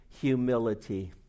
humility